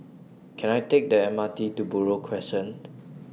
Can I Take The M R T to Buroh Crescent